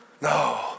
No